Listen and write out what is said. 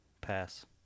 Pass